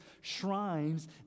shrines